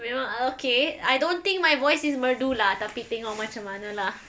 memang uh okay I don't think my voice is merdu lah tapi tengok macam mana lah